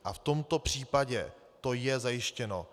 A v tomto případě to je zajištěno.